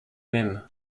même